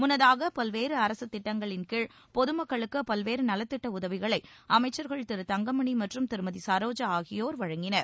முன்னதாக பல்வேறு அரசு திட்டங்களின் கீழ் பொது மக்களுக்கு பல்வேறு நலத்திட்ட உதவிகளை அமைச்சர்கள் திரு தங்கமணி மற்றும் திருமதி சரோஜா ஆகியோர் வழங்கினர்